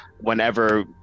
whenever